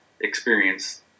experience